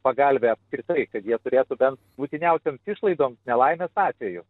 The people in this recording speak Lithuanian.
pagalvę apskritai kad jie turėtų bent būtiniausioms išlaidoms nelaimės atveju